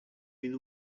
mean